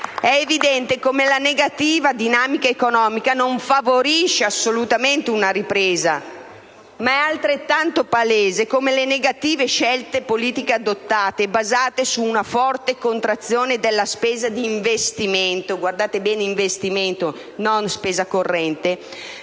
È evidente che la negativa dinamica economica non favorisce assolutamente una ripresa. È però altrettanto palese che le negative scelte politiche adottate, basate su una forte contrazione della spesa di investimento (guardate bene: investimento, non spesa corrente),